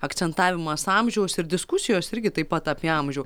akcentavimas amžiaus ir diskusijos irgi taip pat apie amžių